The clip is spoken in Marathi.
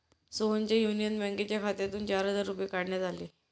सोहनच्या युनियन बँकेच्या खात्यातून चार हजार रुपये काढण्यात आले